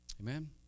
Amen